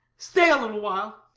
stay a little while.